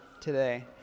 today